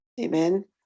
Amen